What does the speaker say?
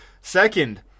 Second